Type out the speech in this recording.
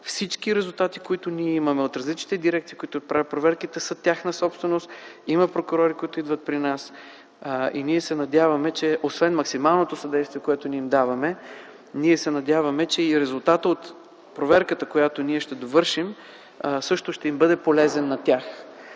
Всички резултати, които ние имаме от различните дирекции, които правят проверките, са тяхна собственост – има прокурори, които идват при нас, и освен максималното съдействие, което ние им даваме, се надяваме, че и резултатът от проверката, която ние ще довършим, също ще им бъде полезен. Но тук